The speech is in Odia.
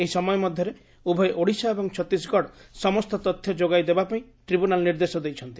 ଏହି ସମୟ ମଧ୍ଧରେ ଉଭୟ ଓଡ଼ିଶା ଏବଂ ଛତିଶଗଡ଼ ସମସ୍ତ ତଥ୍ୟ ଯୋଗାଇ ଦେବାପାଇଁ ଟ୍ରିବ୍ୟୁନାଲ୍ ନିର୍ଦ୍ଦେଶ ଦେଇଛନ୍ତି